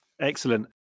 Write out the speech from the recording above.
excellent